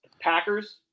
Packers